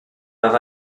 par